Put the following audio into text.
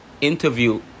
interview